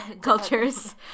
cultures